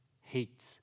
hates